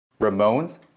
Ramones